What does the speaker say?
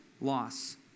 loss